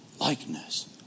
likeness